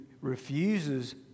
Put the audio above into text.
refuses